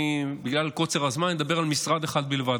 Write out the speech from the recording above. ובגלל קוצר הזמן אני אדבר על משרד אחד בלבד,